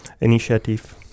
initiative